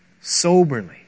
soberly